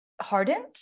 hardened